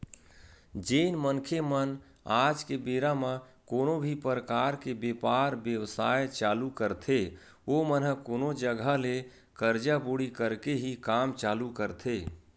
जेन मनखे मन आज के बेरा म कोनो भी परकार के बेपार बेवसाय चालू करथे ओमन ह कोनो जघा ले करजा बोड़ी करके ही काम चालू करथे